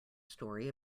story